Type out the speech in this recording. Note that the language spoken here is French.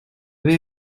vais